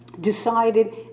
decided